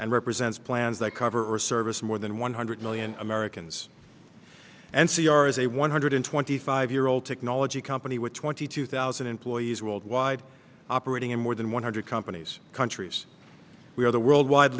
and represents plans that cover or service more than one hundred million americans and c r is a one hundred twenty five year old technology company with twenty two thousand employees worldwide operating in more than one hundred companies countries we are the worldwide